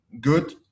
good